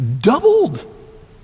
doubled